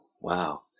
wow